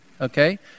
okay